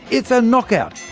it's a knock out!